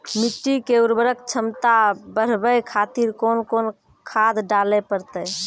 मिट्टी के उर्वरक छमता बढबय खातिर कोंन कोंन खाद डाले परतै?